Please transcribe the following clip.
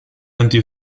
anti